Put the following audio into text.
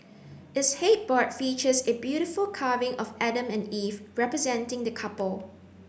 its headboard features a beautiful carving of Adam and Eve representing the couple